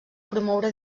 promoure